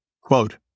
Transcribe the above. Quote